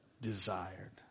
desired